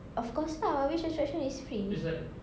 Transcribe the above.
of course lah which attraction is free